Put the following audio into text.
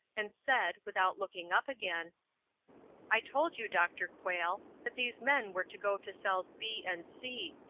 and said, without looking up again i told you, dr. quayle, that these men were to go to cells b and c.